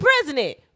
president